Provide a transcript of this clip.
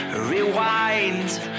rewind